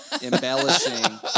embellishing